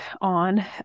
on